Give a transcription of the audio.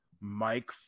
Mike